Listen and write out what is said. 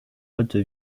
haute